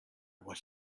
what